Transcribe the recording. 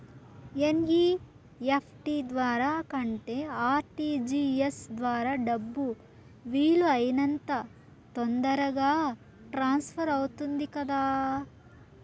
NEFT ద్వారా కంటే RTGS ద్వారా డబ్బు వీలు అయినంత తొందరగా ట్రాన్స్ఫర్ అవుతుంది కదా